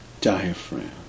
diaphragm